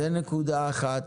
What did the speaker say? זו נקודה אחת.